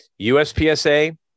USPSA